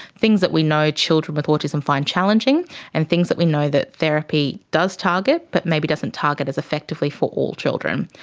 things that we know children with autism find challenging and things that we know that therapy does target but maybe doesn't target as effectively for all children.